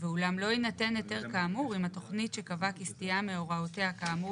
ואולם לא יינתן היתר כאמור אם התכנית שקבעה כי סטייה מהוראותיה כאמור